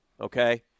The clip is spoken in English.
okay